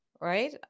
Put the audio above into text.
Right